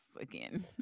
again